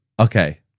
Okay